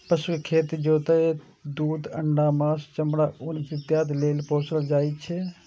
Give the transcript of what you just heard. पशु कें खेत जोतय, दूध, अंडा, मासु, चमड़ा, ऊन इत्यादि लेल पोसल जाइ छै